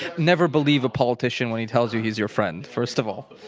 never believe a politician when he tells you he's your friend, first of all.